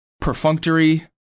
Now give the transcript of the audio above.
Perfunctory